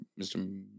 Mr